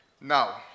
Now